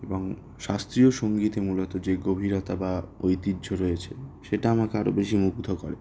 এবং শাস্ত্রীয় সংগীতে মূলত যে গভীরতা বা ঐতিহ্য রয়েছে সেটা আমাকে আরও বেশি মুগ্ধ করে